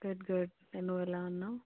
good good నువ్వు ఎలా ఉన్నావు